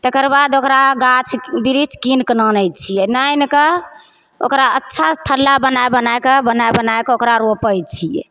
तेकरबाद ओकरा गाछ बिरीछ कीनकऽ नानै छियै आनि कऽ ओकरा अच्छा थल्ला बनाइ बनाइ कऽ बनाइ बनाइ कऽ ओकरा रोपैत छियै